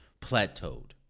plateaued